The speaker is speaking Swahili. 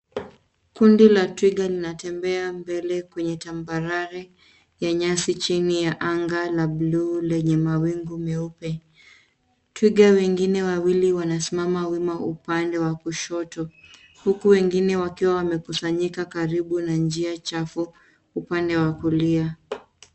Kundi la twiga linatembea mbele kwenye tambarare ya nyasi chini ya anga la buluu lenye mawingu meupe. Twiga wengine wawili wamesimama wima upande wa kushoto huku wengine wakiwa wamekusanyika karibu na njia chafu upande wa kulia.